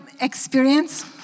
experience